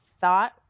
thought